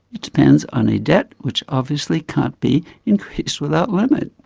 it depends on a debt which obviously can't be increased without limit!